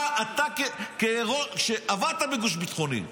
אתה עבדת בגוף ביטחוני,